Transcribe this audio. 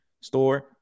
store